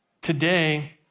Today